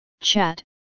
chat